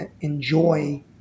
enjoy